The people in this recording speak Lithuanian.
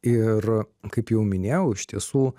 ir kaip jau minėjau iš tiesų